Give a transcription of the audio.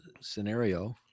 scenario